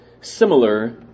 similar